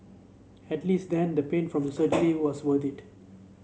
at least then the pain from the surgery was worth it